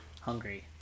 hungry